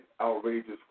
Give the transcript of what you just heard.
outrageous